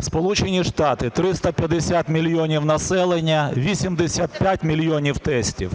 Сполучені Штати – 350 мільйонів населення, 85 мільйонів тестів,